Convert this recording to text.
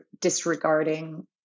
disregarding